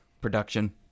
production